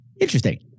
interesting